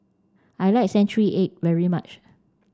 I like century egg very much